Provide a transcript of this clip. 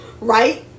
right